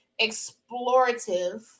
explorative